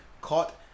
caught